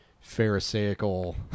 pharisaical